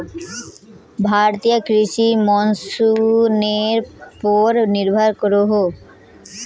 भारतीय कृषि मोंसूनेर पोर निर्भर करोहो